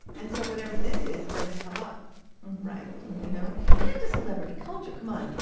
and so whatever this is doesn't come up right. you know and to celebrity culture. come on.